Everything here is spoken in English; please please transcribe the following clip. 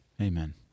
Amen